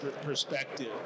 perspective